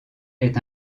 est